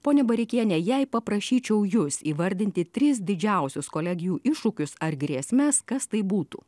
ponia bareikiene jei paprašyčiau jus įvardinti tris didžiausius kolegijų iššūkius ar grėsmes kas tai būtų